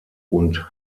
und